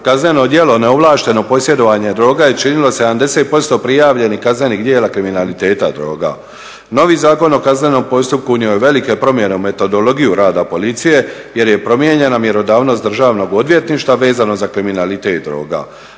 kazneno djelo neovlašteno posjedovanje droga je činilo 70% prijavljenih kaznenih djela kriminaliteta droga. Novi Zakon o kaznenom postupku unio je velike promjene u metodologiju rada policije jer je promijenjena mjerodavnost Državnog odvjetništva vezano za kriminalitet droga,